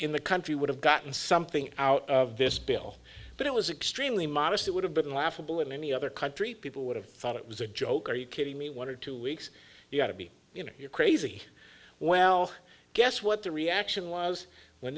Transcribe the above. in the country would have gotten something out of this bill but it was extremely modest it would have been laughable in any other country people would have thought it was a joke are you kidding me one or two weeks you got to be you know you're crazy well guess what the reaction was when